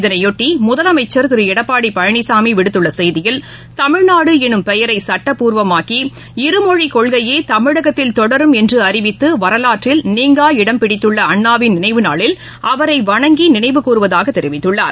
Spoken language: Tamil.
இதனையாட்டி முதலமைச்சர் திருஎடப்பாடிபழனிசாமிவிடுத்துள்ளசெய்தியில் தமிழ்நாடுஎனும் பெயரைசட்டப்பூர்வமாக்கி இருமொழிக்கொள்கையேதமிழகத்தில் தொடரும் என்றுஅறிவித்துவரவாற்றில் நீங்கா இடம்பிடித்துள்ளஅண்ணாவின் நினைவு நாளில் அவரைவணங்கிநினைவு கூறுவதாகதெரிவித்துள்ளார்